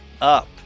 up